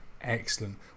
excellent